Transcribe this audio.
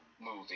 movie